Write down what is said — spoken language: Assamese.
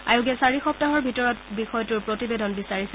আয়োগে চাৰি সপ্তাহৰ ভিতৰত বিষয়টোৰ প্ৰতিবেদন বিচাৰিছে